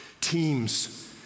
teams